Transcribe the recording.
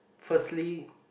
firstly